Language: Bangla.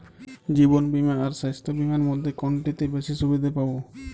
জীবন বীমা আর স্বাস্থ্য বীমার মধ্যে কোনটিতে বেশী সুবিধে পাব?